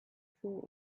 true